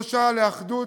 זו שעה לאחדות,